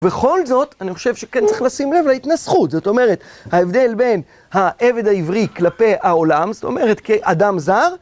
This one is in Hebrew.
וכל זאת, אני חושב שכן צריך לשים לב להתנסחות, זאת אומרת, ההבדל בין העבד העברי כלפי העולם, זאת אומרת, כאדם זר,